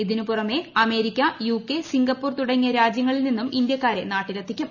ഇതിനു പുറമേ America UK Singapore തുടങ്ങിയ രാജ്യങ്ങളിൽ നിന്നും ഇന്ത്യക്കാരെ നാട്ടിലെത്തിക്കും